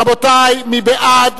רבותי, מי בעד?